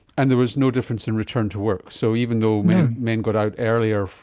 and there was no difference in return to work, so even though men men got out earlier,